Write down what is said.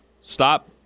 Stop